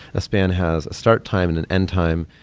a span has a start time and an end time.